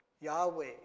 Yahweh